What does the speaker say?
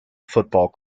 football